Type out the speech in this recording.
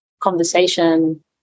conversation